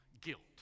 guilt